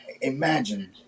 imagine